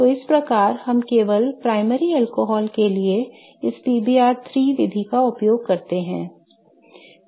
तो इस प्रकार हम केवल प्राथमिक अल्कोहल के लिए इस PBr3 विधि का उपयोग करते हैं